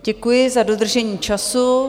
Děkuji za dodržení času.